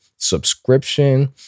Subscription